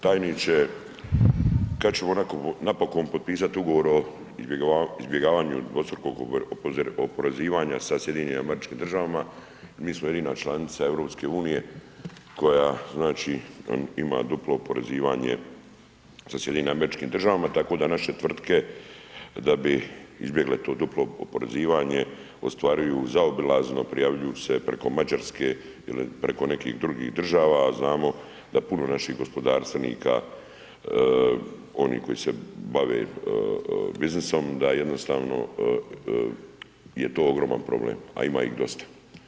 Tajniče, kad ćemo napokon potpisat ugovor o izbjegavanju dvostrukog oporezivanja sa SAD-om, mi smo jedina članica EU koja znači ima duplo oporezivanje sa SAD-om tako da naše tvrtke, da bi izbjegle to duplo oporezivanje ostvaruju zaobilazno, prijavljuju se preko Mađarske ili preko nekih drugih država, a znamo da puno naših gospodarstvenika oni koji se bave biznisom da jednostavno je to ogroman problem, a ima ih dosta.